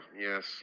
yes